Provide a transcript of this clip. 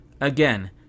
Again